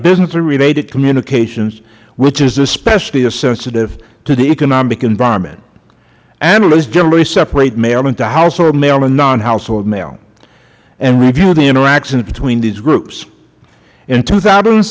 business related communications which is especially sensitive to the economic environment analysts generally separate mail into household mail and non household mail and review the interactions between these groups in two thousand and